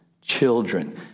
children